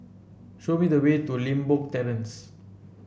show me the way to Limbok Terrace